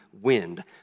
wind